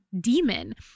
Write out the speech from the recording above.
demon